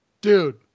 dude